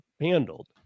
handled